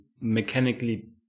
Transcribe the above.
mechanically